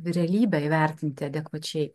realybę įvertinti adekvačiai